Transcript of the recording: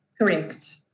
Correct